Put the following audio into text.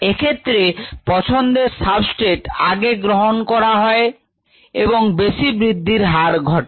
এক্ষেত্রে পছন্দের সাবস্ট্রেট আগে গ্রহণ করা হয় এবং বেশি বৃদ্ধির হার ঘটে